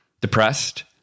depressed